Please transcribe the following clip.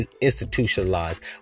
institutionalized